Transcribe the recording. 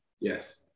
yes